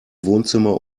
wohnzimmer